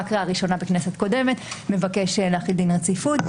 קריאה ראשונה בכנסת קודמת מבקש להחיל דין רציפות,